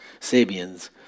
Sabians